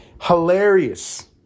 Hilarious